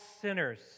sinners